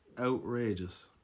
outrageous